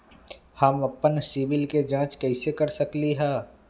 हम अपन सिबिल के जाँच कइसे कर सकली ह?